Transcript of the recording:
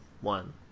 one